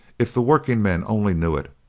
if the workingmen only knew it,